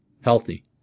healthy